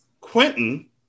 Quentin